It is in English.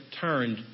turned